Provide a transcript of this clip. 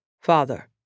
Father